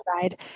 side